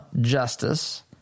Justice